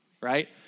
right